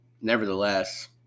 nevertheless